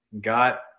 got